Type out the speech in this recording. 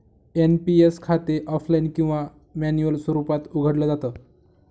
NPS खाते offline किंवा manual स्वरूपात उघडलं जात